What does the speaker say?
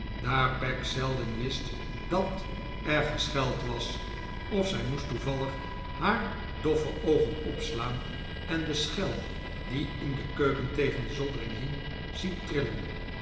daar peg zelden wist dat er gescheld was of zij moest toevallig haar doffe oogen opslaan en de schel die in de keuken tegen de zoldering hing zien trillen